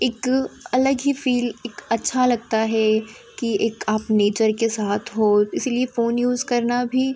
इक अलग ही फिल एक अच्छा लगता है की एक आप नेचर के साथ हो इसलिए फोन यूज़ करना भी